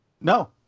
No